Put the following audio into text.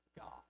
God